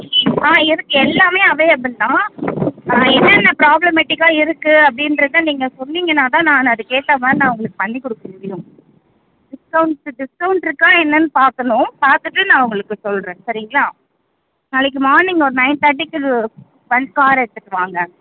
ஆ இருக்குது எல்லாமே அவைளபில் தான் என்னென்ன ப்ராப்ளமெடிக்காக இருக்குது அப்படின்றத நீங்கள் சொன்னிங்கன்னால் தான் நான் அதுக்கேற்ற மாதிரி நான் உங்களுக்கு பண்ணிக்கொடுக்க முடியும் டிஸ்கௌண்ட்டு டிஸ்கௌண்ட் இருக்கா என்னென்று பார்க்கணும் பார்த்துட்டு நான் உங்களுக்கு சொல்கிறேன் சரிங்களா நாளைக்கு மார்னிங் ஒரு நைன் தேர்ட்டிக்கு ஒன்ஸ் காரை எடுத்துகிட்டு வாங்க